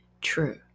true